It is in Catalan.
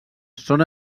són